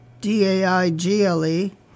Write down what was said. D-A-I-G-L-E